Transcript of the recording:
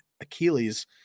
Achilles